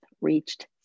reached